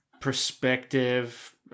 perspective